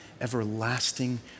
everlasting